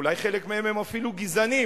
ואולי חלק מהם אפילו גזענים,